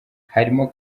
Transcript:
harimo